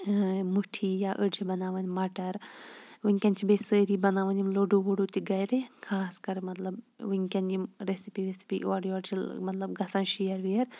مُٹھی یا أڈۍ چھِ بَناوان مَٹَر وٕنکٮ۪ن چھِ بیٚیہِ سٲری بَناوان یِم لٔڑوٗ ؤڑو تہِ گَرِ خاص کَر مَطلَب وٕنکٮ۪ن یِم ریٚسِپی ویٚسِپی اورٕ یورٕ چھِ مَطلَب گَژھان شیر ویر